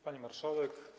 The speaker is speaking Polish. Pani Marszałek!